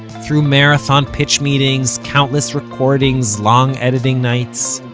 through marathon pitch meetings, countless recordings, long editing nights.